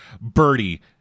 Birdie